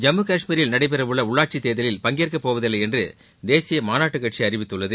ஜம்மு காஷ்மீரில் நடைபெறவுள்ள உள்ளாட்சித் தேர்தலில் பங்கேற்கப்போவதில்லை என்று தேசிய மாநாட்டுக் கட்சி அறிவித்துள்ளது